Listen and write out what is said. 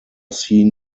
seen